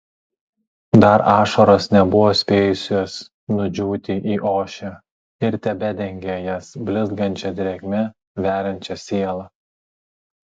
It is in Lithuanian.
dar ašaros nebuvo spėjusios nudžiūti į ošę ir tebedengė jas blizgančia drėgme veriančia sielą